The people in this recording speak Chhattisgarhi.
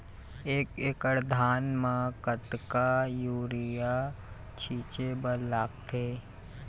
एक एकड़ धान म कतका यूरिया छींचे बर लगथे?